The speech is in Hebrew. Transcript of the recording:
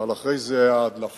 אבל אחרי זה ההדלפות,